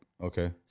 Okay